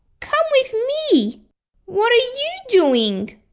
come with me what are you doing?